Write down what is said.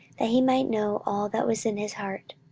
that he might know all that was in his heart.